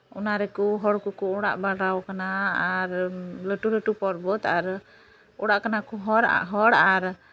ᱚᱱᱟ ᱨᱮᱠᱚ ᱦᱚᱲ ᱠᱚᱠᱚ ᱚᱲᱟᱜ ᱵᱟᱲᱟᱣ ᱠᱟᱱᱟ ᱟᱨ ᱞᱟᱹᱴᱩ ᱞᱟᱹᱴᱩ ᱯᱚᱨᱵᱚᱛ ᱟᱨ ᱚᱲᱟᱜ ᱠᱟᱱᱟ ᱠᱚ ᱦᱚᱲ ᱟᱨ ᱦᱚᱲ